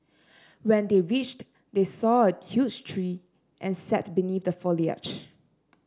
when they reached they saw a huge tree and sat beneath the foliage